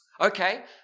Okay